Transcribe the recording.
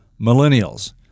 millennials